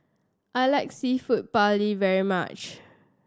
I like Seafood Paella very much